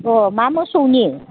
अ मा मोसौनि